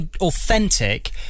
authentic